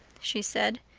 she said.